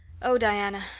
oh, diana,